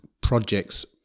projects